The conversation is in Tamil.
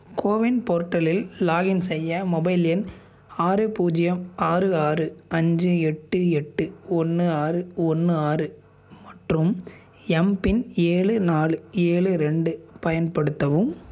கோவின் போர்ட்டலில் லாக்இன் செய்ய மொபைல் எண் ஆறு பூஜ்ஜியம் ஆறு ஆறு அஞ்சு எட்டு எட்டு ஒன்று ஆறு ஒன்று ஆறு மற்றும் எம்பின் ஏழு நாலு ஏழு ரெண்டு பயன்படுத்தவும்